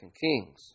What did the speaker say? Kings